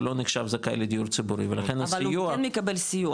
הוא לא נחשב זכאי לדיור ציבורי ולכן הסיוע --- אבל הוא כן מקבל סיוע.